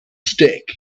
stick